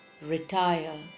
retire